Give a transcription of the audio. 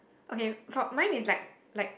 okay for mine is like like